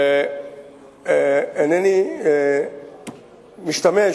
אינני משתמש,